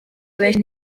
abenshi